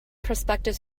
prospective